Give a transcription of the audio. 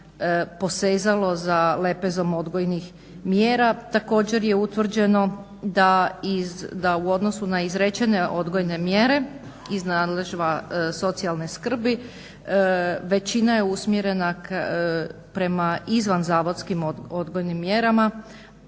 posezalo za lepezom odgojnih mjera. Također je utvrđeno da iz, da u odnosu na izrečene odgojne mjere iz nadležnosti socijalne skrbi. Većina je usmjerena prema izvan zavodskim odgojnim mjerama,